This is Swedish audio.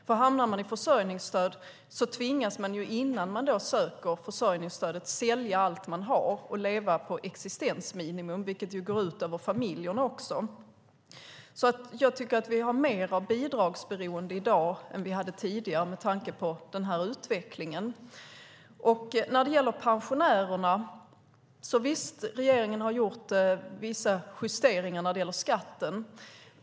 Om man hamnar i försörjningsstöd tvingas man innan man söker detta försörjningsstöd att sälja allt man har och leva på existensminimum, vilket går ut över familjerna också. Jag tycker att vi har mer av bidragsberoende i dag än vi hade tidigare med tanke på den här utvecklingen. När det gäller pensionärerna har regeringen visserligen gjort vissa justeringar av skatten.